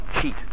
cheat